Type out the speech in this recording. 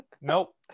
nope